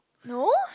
no